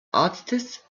arztes